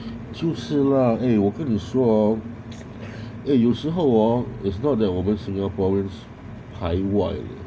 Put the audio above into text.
就是 lah eh 我跟你说 hor eh 有时 hor is not that 我们 singaporeans 排外 leh